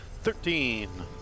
thirteen